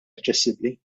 aċċessibbli